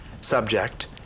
Subject